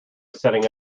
setting